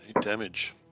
damage